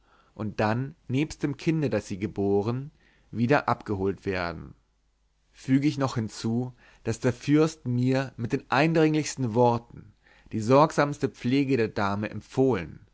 und dann nebst dem kinde das sie geboren wieder abgeholt werden füge ich nun noch hinzu daß der fürst mir mit den eindringlichsten worten die sorgsamste pflege der dame empfohlen